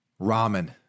ramen